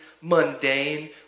mundane